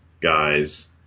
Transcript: guys